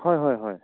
হয় হয় হয়